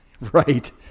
Right